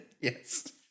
Yes